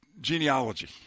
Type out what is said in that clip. genealogy